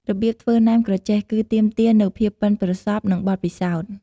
របៀបធ្វើណែមក្រចេះ គឺទាមទារនូវភាពប៉ិនប្រសប់ និងបទពិសោធន៍។